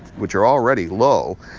which are already low,